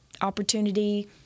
opportunity